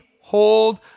hold